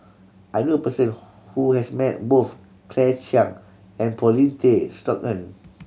I know a person who has met both Claire Chiang and Paulin Tay Straughan